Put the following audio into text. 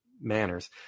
manners